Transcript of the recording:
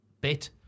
bit